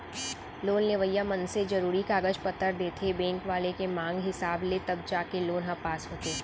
loan लेवइया मनसे जरुरी कागज पतर देथे बेंक वाले के मांग हिसाब ले तब जाके लोन ह पास होथे